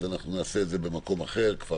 אז אנחנו נעשה את זה במקום אחר כפר